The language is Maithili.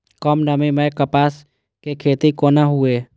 कम नमी मैं कपास के खेती कोना हुऐ?